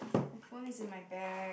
my phone is in my bag